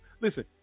listen